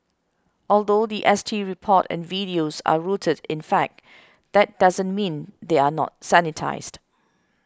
although the S T report and videos are rooted in fact that doesn't mean they are not sanitised